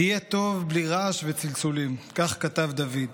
"תהיה טוב, בלי רעש וצלצולים", כך כתב דוד.